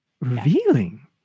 revealing